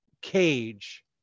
cage